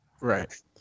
Right